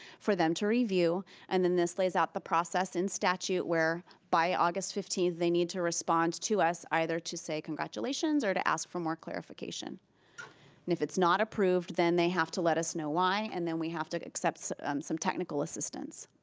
for them to review and then this lays out the process in statute where by august fifteen they need to respond to us, either to say congratulations or to ask for more clarification. and if it's not approved then they have to let us know why and then we have to accept so some technical assistance.